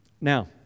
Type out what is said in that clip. Now